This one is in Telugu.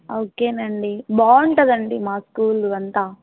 ఓకేనండి బాగుంటుందండి మా స్కూలు అంతా